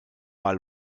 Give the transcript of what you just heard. mal